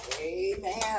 Amen